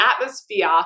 atmosphere